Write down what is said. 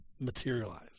materialize